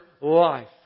life